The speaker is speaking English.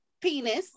penis